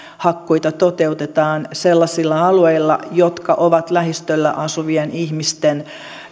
hakkuita toteutetaan sellaisilla alueilla jotka ovat lähistöllä asuvien ihmisten